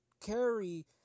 carry